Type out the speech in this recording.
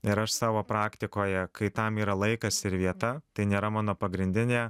ir aš savo praktikoje kai tam yra laikas ir vieta tai nėra mano pagrindinė